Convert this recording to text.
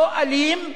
לא אלים,